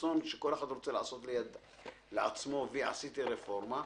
הרצון שכל אחד רוצה לעשות לעצמו וי: עשיתי רפורמה.